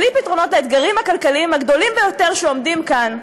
בלי פתרונות לאתגרים הכלכליים הגדולים ביותר שעומדים כאן,